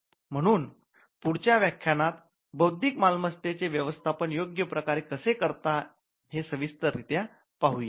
म्हणून पुढच्या वाख्यानात बौद्धिक मालमत्तेचे व्यवस्थापन योग्य प्रकारे कसे करतात ते सविस्तर रित्या पाहू